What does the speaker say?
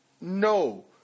No